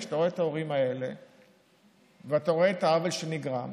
אתה רואה את ההורים האלה ואתה רואה את העוול שנגרם,